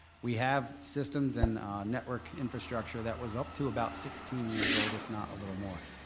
we have systems in network infrastructure that was up to about sixteen years old if not a little more.